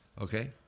okay